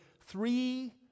three